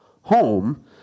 home